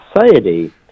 society